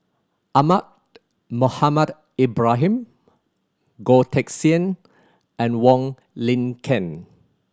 Ahmad Mohamed Ibrahim Goh Teck Sian and Wong Lin Ken